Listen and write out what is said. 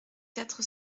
quatre